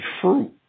fruit